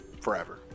forever